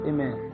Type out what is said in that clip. Amen